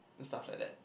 and stuff like that